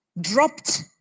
dropped